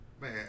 Man